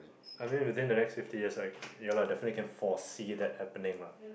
I mean within the next fifty years right ya ah definitely can foresee that happening ah